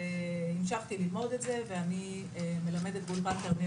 והמשכתי ללמוד את זה ואני מלמדת באולפן כרמיאל